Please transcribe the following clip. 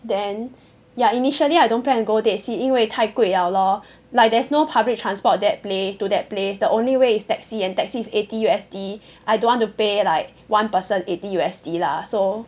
then ya initially I don't plan to go dead sea 因为太贵 liao lor like there's no public transport that place to that place the only way is taxi and taxi is eighty U_S_D I don't want to pay like one person eighty U_S_D lah so